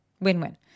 win-win